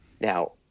Now